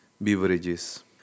beverages